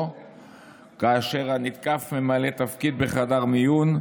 או כאשר הנתקף ממלא תפקיד בחדר מיון,